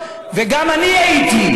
המדינה היהודית,